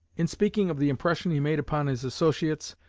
in speaking of the impression he made upon his associates,